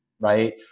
Right